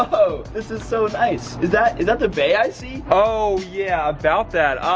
this is so nice. is that is that the bay i see? oh yeah, about that.